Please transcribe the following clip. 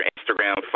Instagram